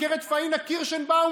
ביקר את פאינה קירשנבאום,